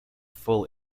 full